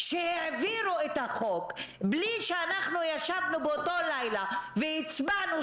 שהעבירו את החוק בלי שישבנו באותו לילה והצבענו,